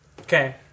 Okay